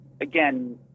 Again